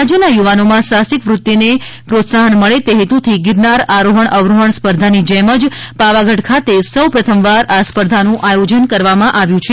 રાજ્યના યુવાનોમાં સાહસિક વૃત્તિને પ્રોત્સાહન મળે તે હેતુથી ગિરનાર આરોહણ અવરોહણ સ્પર્ધાની જેમ પાવાગઢ ખાતે સૌ પ્રથમવાર આ સ્પર્ધાનું આયોજન કરવામાં આવ્યું છે